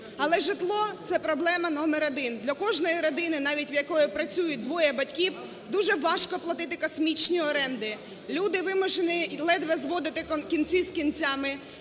Але житло – це проблема номер один, для кожної родини, навіть в якої працюють двоє батьків, дуже важко платити космічні оренди. Люди вимушені ледве зводити кінці з кінцями,